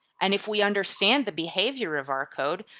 and if we understand the behavior of our code,